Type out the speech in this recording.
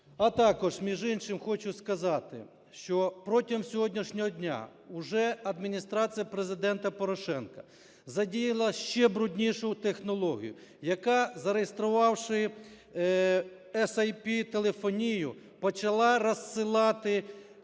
А також між іншим хочу сказати, що протягом сьогоднішнього дня уже Адміністрація Президента Порошенка задіяла ще бруднішу технологію, яка, зареєструвавши SIP-телефонію, почала розсилати